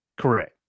Correct